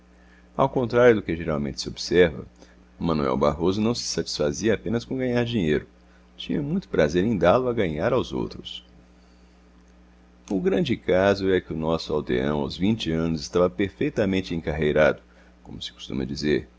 ao contrário do que geralmente se observa manuel barroso não se satisfazia apenas com ganhar dinheiro tinha muito prazer em dá-lo a ganhar aos outros o grande caso é que o nosso aldeão aos vinte anos estava perfeitamente encarreirado como se costuma dizer